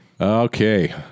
okay